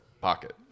pocket